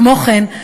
כמו כן,